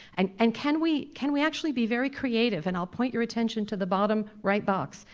and and can we can we actually be very creative, and i'll point your attention to the bottom right box,